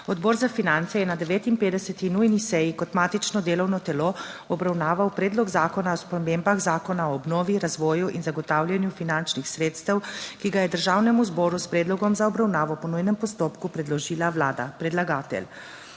(Nadaljevanje) je na 59. nujni seji kot matično delovno telo obravnaval Predlog zakona o spremembah Zakona o obnovi, razvoju in zagotavljanju finančnih sredstev, ki ga je Državnemu zboru s predlogom za obravnavo po nujnem postopku predložila Vlada predlagatelj.